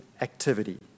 activity